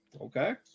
okay